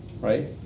Right